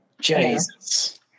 Jesus